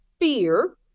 fear